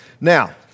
Now